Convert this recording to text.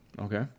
Okay